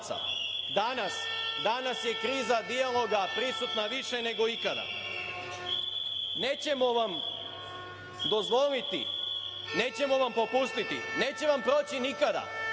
danas je kriza dijaloga prisutna više nego ikada. Nećemo vam dozvoliti, nećemo vam popustiti, neće vam proći nikada,